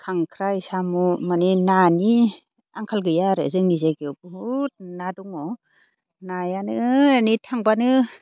खांख्राइ साम' माने नानि आंखाल गैया आरो जोंंनि जायगायाव बुहुद ना दङ नायानो एरैनो थांबानो